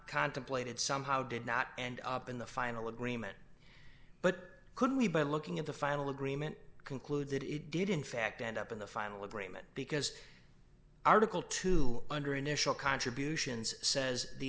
contemplated somehow did not end up in the final agreement but could we by looking at the final agreement conclude that it did in fact end up in the final agreement because article two under initial contributions says the